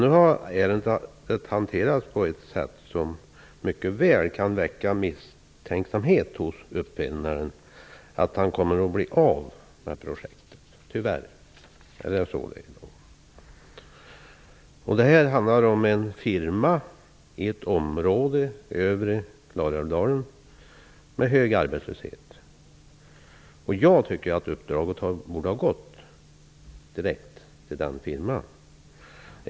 Nu har ärendet hanterats på ett sätt som mycket väl kan väcka misstänksamhet hos uppfinnaren om att han kommer att bli av med projektet. Det är tyvärr så det är. Det handlar om en firma i ett område i övre Klarälvdalen med hög arbetslöshet. Jag tycker att uppdraget borde ha gått direkt till den firman.